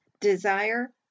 desire